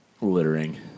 littering